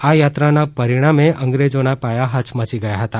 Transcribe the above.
આ યાત્રાના પરિણામે અંગ્રેજોના પાયા હયમચી ગયા હતા